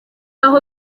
aho